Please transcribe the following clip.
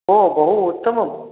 ओ बहु उत्तमम्